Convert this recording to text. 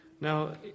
Now